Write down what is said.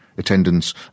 Attendance